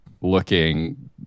looking